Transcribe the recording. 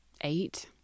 eight